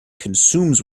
consumes